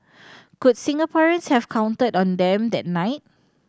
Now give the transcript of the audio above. could Singaporeans have counted on them that night